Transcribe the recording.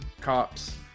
cops